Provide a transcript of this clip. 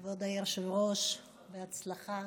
כבוד היושב-ראש, בהצלחה,